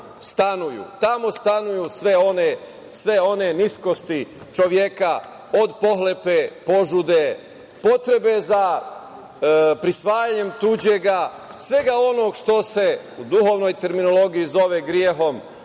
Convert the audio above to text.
Tamo stanuju sve one niskosti čoveka, od pohlepe, požude, potrebe za prisvajanjem tuđega, svega onog što se u duhovnoj terminologiji zove grehom,